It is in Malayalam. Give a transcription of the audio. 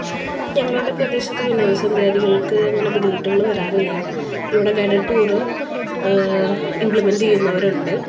ഞങ്ങളുടെ പ്രദേശത്ത് വിനോദസഞ്ചാരികള്ക്ക് അങ്ങനെ ബുദ്ധിമുട്ടുകൾ വരാറില്ല ഇവിടെ ഗൈഡഡ് ടൂർ ഇംപ്ലിമെൻറ് ചെയ്യുന്നവർ ഉണ്ട്